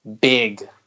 big